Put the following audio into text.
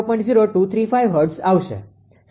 0235 hertz આવશે